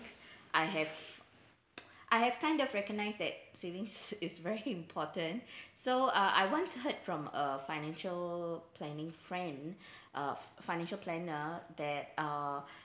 I have I have kind of recognize that savings is very important so uh I once heard from a financial planning friend uh f~ financial planner that uh